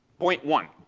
point one.